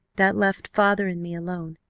that left father and me alone,